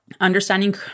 understanding